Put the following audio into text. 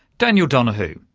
daniel donahoo,